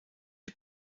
die